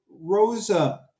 Rosa